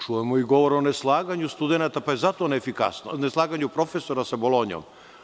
Čujemo i govor o ne slaganju studenata, pa je zato neslaganje profesora sa Bolonjom.